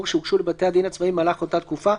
שהוגשו לבתי הדין הצבאיים במהלך אותה תקופה,